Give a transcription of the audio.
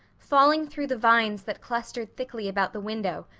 falling through the vines that clustered thickly about the window,